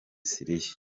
siriya